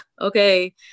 okay